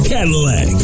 Cadillac